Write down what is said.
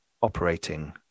operating